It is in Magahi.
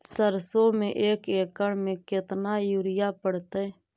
सरसों में एक एकड़ मे केतना युरिया पड़तै?